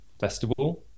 festival